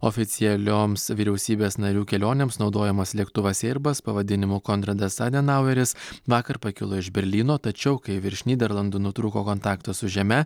oficialioms vyriausybės narių kelionėms naudojamas lėktuvas ierbas pavadinimu konradas adenaueris vakar pakilo iš berlyno tačiau kai virš nyderlandų nutrūko kontaktas su žeme